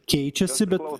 keičiasi bet